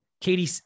Katie